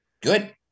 Good